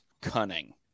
cunning